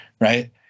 right